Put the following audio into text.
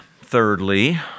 thirdly